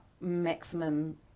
maximum